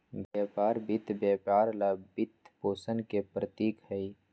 व्यापार वित्त व्यापार ला वित्तपोषण के प्रतीक हई,